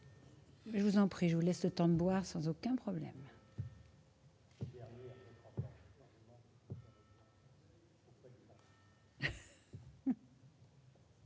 je vous en prie, je vous laisse ce temps de boire sans aucun problème.